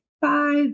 five